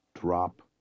Drop